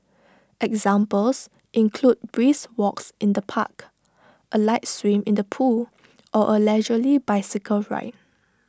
examples include brisk walks in the park A light swim in the pool or A leisurely bicycle ride